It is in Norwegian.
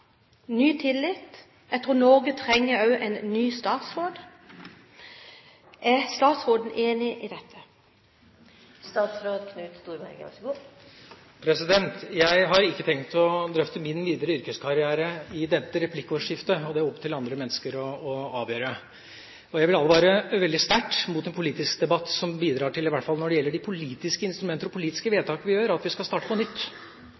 ny tillit. Jeg tror Norge også trenger en ny statsråd. Er statsråden enig i dette? Jeg har ikke tenkt å drøfte min videre yrkeskarriere i dette replikkordskiftet. Det er det opp til andre mennesker å avgjøre. Og jeg vil advare veldig sterkt mot en politisk debatt som bidrar til, i hvert fall når det gjelder politiske instrumenter og de politiske vedtak vi gjør, at vi skal starte på nytt.